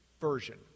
version